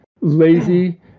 lazy